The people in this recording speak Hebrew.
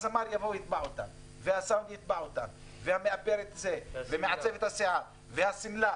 הזמר והסאונד יתבעו אותם וגם המאפרת ומעצבת השיער והשמלה.